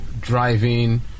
Driving